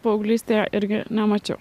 paauglystėje irgi nemačiau